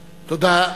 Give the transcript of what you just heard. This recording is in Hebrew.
תודה.